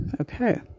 Okay